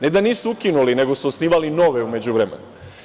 Ne da nisu ukinuli, nego su osnivali nove u međuvremenu.